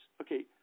Okay